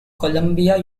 columbia